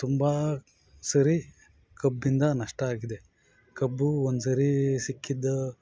ತುಂಬ ಸರಿ ಕಬ್ಬಿಂದ ನಷ್ಟ ಆಗಿದೆ ಕಬ್ಬೂ ಒಂದ್ಸರಿ ಸಿಕ್ಕಿದ್ದು